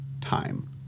time